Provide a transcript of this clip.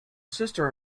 sister